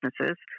businesses